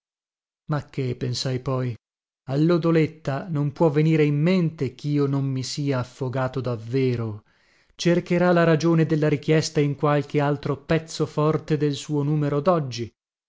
ma che pensai poi a lodoletta non può venire in mente chio non mi sia affogato davvero cercherà la ragione della richiesta in qualche altro pezzo forte del suo numero